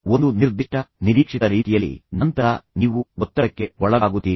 ಒಂದು ನಿರ್ದಿಷ್ಟ ನಿರೀಕ್ಷಿತ ರೀತಿಯಲ್ಲಿ ನಂತರ ನೀವು ಒತ್ತಡಕ್ಕೆ ಒಳಗಾಗುತ್ತೀರಿ